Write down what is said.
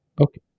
Okay